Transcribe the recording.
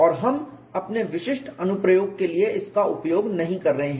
और हम अपने विशिष्ट अनुप्रयोग के लिए इसका उपयोग नहीं कर रहे हैं